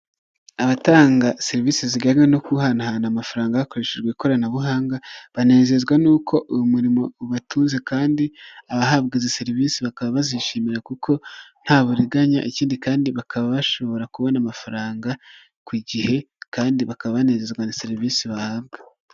Abatanga serivisi zijyanye no guhanahana amafaranga hakoreshejwe ikoranabuhanga banezezwa n'uko uyu murimo ubatunze kandi abahabwa izi serivisi bakaba bazishimira kuko nta buriganya ikindi kandi bakaba bashobora kubona amafaranga ku gihe kandi bakaba banezezwa na serivisi bahabwa.